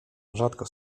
rzadko